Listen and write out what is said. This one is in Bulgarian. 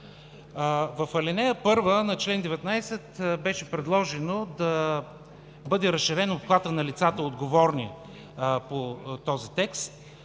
В ал. 1 на чл. 19 беше предложено да бъде разширен обхватът на лицата, отговорни по този текст,